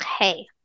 Okay